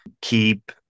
Keep